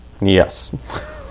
Yes